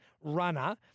runner